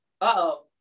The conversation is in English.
Uh-oh